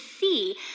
see